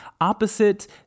opposite